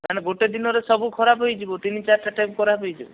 ମାନେ ଗୋଟେ ଦିନରେ ସବୁ ଖରାପ ହେଇଯିବ ତିନି ଚାରିଟା ଟ୍ୟାପ ଖରାପ ହେଇଯିବ